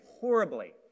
horribly